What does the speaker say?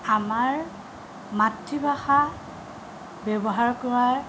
আমাৰ মাতৃভাষা ব্যৱহাৰ কৰাৰ